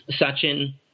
Sachin